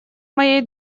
моей